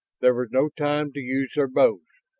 there was no time to use their bows.